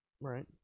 Right